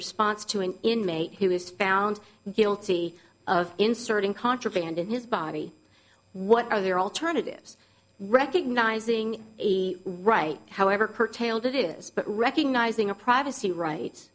response to an inmate who is found guilty of inserting contraband in his body what are their alternatives recognizing the right however curtailed it is but recognizing a privacy right